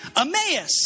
Emmaus